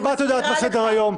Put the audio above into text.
גם את יודעת מה סדר היום.